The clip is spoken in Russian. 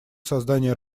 создания